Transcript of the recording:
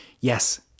yes